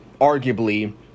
arguably